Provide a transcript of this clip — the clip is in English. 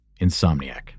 Insomniac